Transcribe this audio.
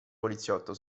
poliziotto